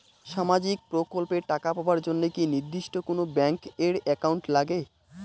সামাজিক প্রকল্পের টাকা পাবার জন্যে কি নির্দিষ্ট কোনো ব্যাংক এর একাউন্ট লাগে?